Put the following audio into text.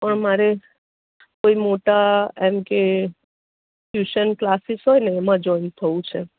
પણ મારે કોઈ મોટા એમ કે ટયુશન કલાસીસ હોય ને એમાં જોઈન થવું છે